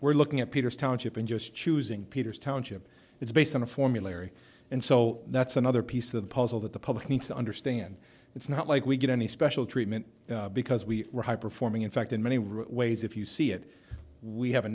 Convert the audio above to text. we're looking at peters township in just choosing peter's township it's based on a formulary and so that's another piece of the puzzle that the public thinks understand it's not like we get any special treatment because we were high performing in fact in many ways if you see it we have a